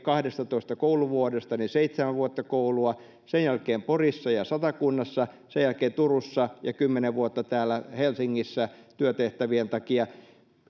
kaksitoista kouluvuodestani seitsemän vuotta koulua sen jälkeen porissa ja satakunnassa sen jälkeen turussa ja kymmenen vuotta täällä helsingissä työtehtävien takia